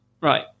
Right